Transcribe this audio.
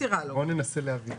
בואו ננסה להבין.